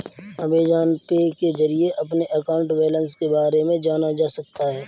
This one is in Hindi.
अमेजॉन पे के जरिए अपने अकाउंट बैलेंस के बारे में जाना जा सकता है